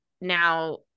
now